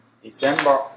December